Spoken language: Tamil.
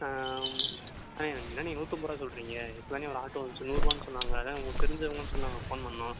அண்ணே நீங்கள் என்னண்ணே நூற்றம்பது ரூபா சொல்கிறிங்க இப்போ தானேண்ணே ஒரு ஆட்டோ வந்துச்சு நூறுரூவா சொன்னாங்க அதுதான் உங்களுக்கு தெரிஞ்சவங்கனு சொல்லி நாங்கள் ஃபோன் பண்ணிணோம்